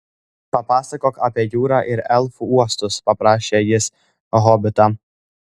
papasakok apie jūrą ir elfų uostus paprašė jis hobitą